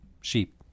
sheep